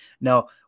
Now